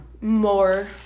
more